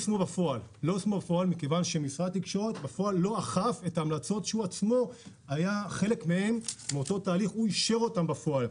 לא אכף את ההמלצות שהוא עצמו היה חלק מהן ואישר אותן בפועל.